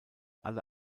alle